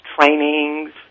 trainings